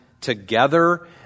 together